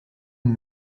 une